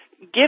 give